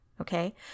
Okay